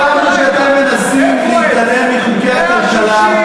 כמה שאתם מנסים להתעלם מחוקי הכלכלה,